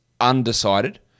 undecided